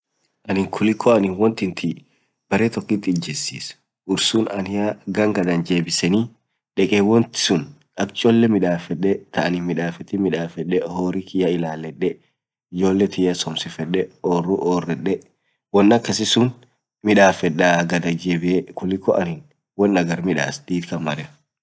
anin kuliko aninn woan tintii baree tokiit ijechiss boraan ishia gaan gadd anjebisenii duub dekee wontii midafedee taan hinmidafetiin midafedee horri kiyy illalede ijole tiyaan somsifedee, orru orrede woan akasii suun midafedaa gadjebiee kuliko aninn woan hagar midass did kann mare.